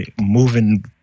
moving